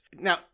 Now